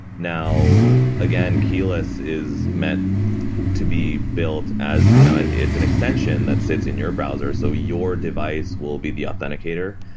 now, again, keyless is meant to be built as you know it's an extension that sits in your browser so your device will be the authenticator.